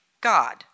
God